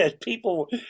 people